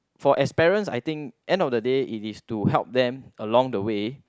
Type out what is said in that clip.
for as parents I think end of the day it is to help them along the way